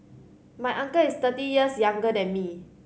my uncle is thirty years younger than me